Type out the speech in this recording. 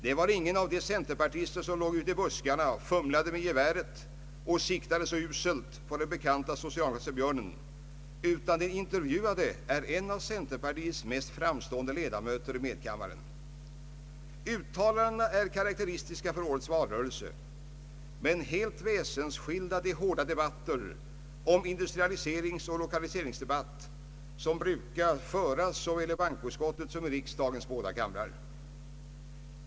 Det var ingen av de centerpartister som låg ute i buskarna, fumlade med geväret och siktade så uselt på den bekanta socialdemokratiska björnen, utan den intervjuade är en av centerpartiets mest framstående ledamöter i medkammaren. Uttalandena är karakteristiska för årets valrörelse men helt väsensskilda från de hårda debatter om industrialiseringsoch lokaliseringspolitik som brukar föras i såväl bankoutskottet som riksdagens båda kamrar.